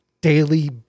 daily